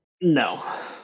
No